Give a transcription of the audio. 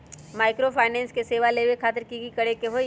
Microfinance के सेवा लेबे खातीर की करे के होई?